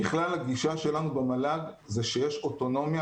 ככלל הגישה שלנו במל"ג זה שיש אוטונומיה